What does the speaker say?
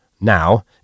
Now